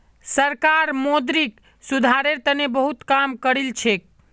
सरकार मौद्रिक सुधारेर तने बहुत काम करिलछेक